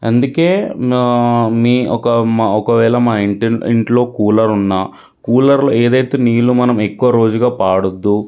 అందుకే మా మీ ఒక మ ఒకవేళ మన ఇంటి ఇంట్లో కూలర్ ఉన్న కూలర్లో ఏదైతే నీళ్ళు మనం ఎక్కువ రోజుగా వాడొద్దు